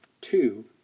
Two